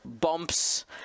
bumps